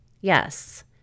Yes